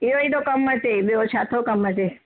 इहो थो कमु अचे ॿियो छा थो कमु अचे